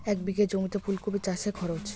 এক বিঘে জমিতে ফুলকপি চাষে খরচ?